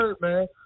man